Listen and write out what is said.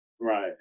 Right